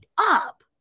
up